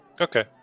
Okay